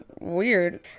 weird